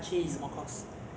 ya year two already lor